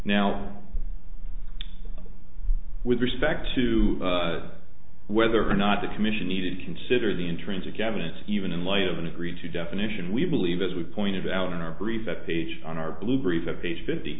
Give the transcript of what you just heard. now with respect to whether or not the commission needed to consider the intrinsic evidence even in light of an agreed to definition we believe as we pointed out in our brief that page on our